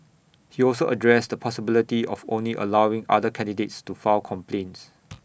he also addressed the possibility of only allowing other candidates to file complaints